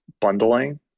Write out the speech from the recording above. bundling